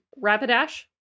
Rapidash